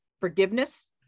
forgiveness